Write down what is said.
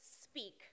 speak